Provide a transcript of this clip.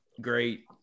great